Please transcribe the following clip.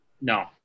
No